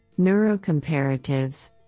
Neurocomparatives